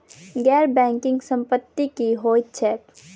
गैर बैंकिंग संपति की होइत छैक?